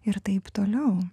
ir taip toliau